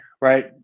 right